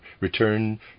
return